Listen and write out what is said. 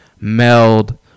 meld